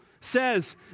says